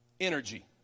energy